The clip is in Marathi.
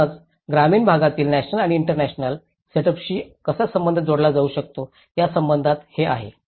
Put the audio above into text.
म्हणूनच ग्रामीण भागातील नॅशनल आणि इंटरनॅशनल सेटअपशी कसा संबंध जोडला जाऊ शकतो यासंबंधात हे आहे